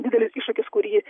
didelis iššūkis kurį